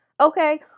okay